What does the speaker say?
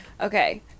Okay